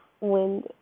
wind